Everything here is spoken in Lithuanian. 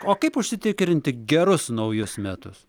o kaip užsitikrinti gerus naujus metus